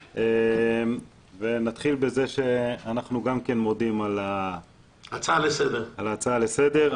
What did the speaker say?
נתחיל בזה שגם אנחנו מודים על ההצעה לסדר.